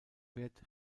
wert